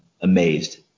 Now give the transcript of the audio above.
amazed